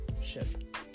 ship